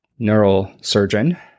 neurosurgeon